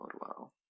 WoW